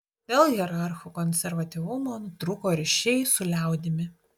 dėl hierarchų konservatyvumo nutrūko ryšiai su liaudimi